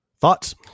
Thoughts